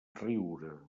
riure